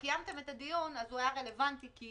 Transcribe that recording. כשקיימתם את הדיון, הוא היה רלוונטי, כי